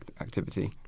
activity